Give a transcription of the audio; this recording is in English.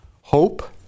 hope